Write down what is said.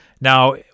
Now